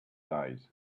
lies